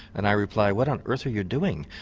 and i reply, what on earth are you doing?